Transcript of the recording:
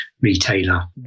retailer